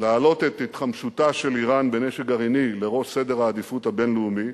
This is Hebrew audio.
להעלות את התחמשותה של אירן בנשק גרעיני לראש סדר העדיפויות הבין-לאומי